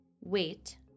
Wait